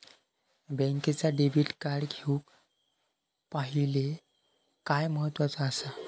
बँकेचा debit card घेउक पाहिले काय महत्वाचा असा?